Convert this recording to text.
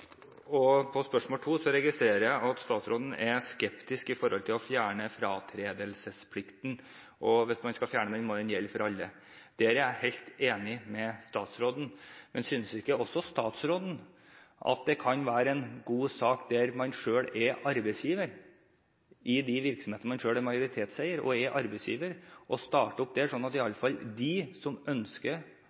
år. Til spørsmål to: Jeg registrerer at statsråden er skeptisk når det gjelder å fjerne fratredelsesplikten, og at hvis man skal fjerne den, må det gjelde for alle. Der er jeg helt enig med statsråden. Men synes ikke også statsråden at det kan være en god sak å starte der hvor man selv er arbeidsgiver, i de virksomhetene man selv er majoritetseier, sånn at iallfall de som ønsker,